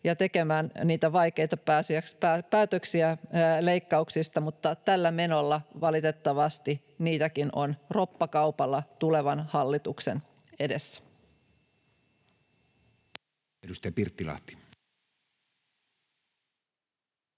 ja tekemään niitä vaikeita päätöksiä leikkauksista, mutta tällä menolla valitettavasti niitäkin on roppakaupalla tulevan hallituksen edessä.